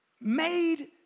made